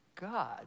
God